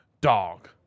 Dog